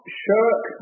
shirk